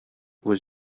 was